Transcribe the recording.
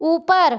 ऊपर